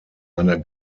einer